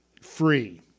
free